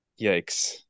Yikes